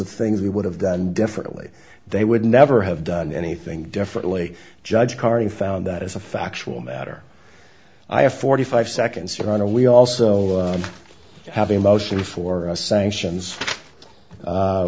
of things we would have done differently they would never have done anything differently judge carding found that as a factual matter i have forty five seconds to run and we also have a motion for sanctions